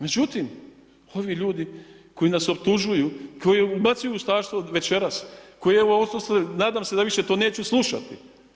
Međutim, ovi ljudi koji nas optužuju, koji ubacuju ustaštvo večeras, koji evo nadam se da više to neću slušati.